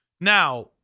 Now